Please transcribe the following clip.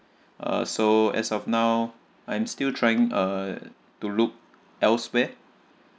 uh so as of now I'm still trying uh to look elsewhere